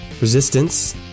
resistance